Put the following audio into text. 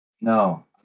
No